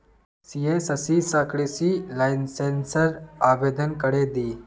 CSC स कृषि लाइसेंसेर आवेदन करे दे